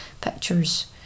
pictures